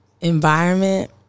Environment